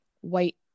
white